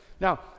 Now